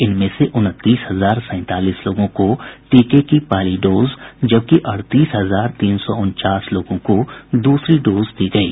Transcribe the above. इनमें से उनतीस हजार सैंतालीस लोगों को टीके की पहली डोज जबकि अड़तीस हजार तीन सौ उनचास लोगों को दूसरी डोज दी गयी